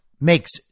makes